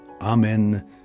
amen